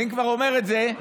ואם כבר אומר את זה,